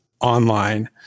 online